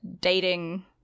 dating